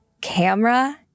camera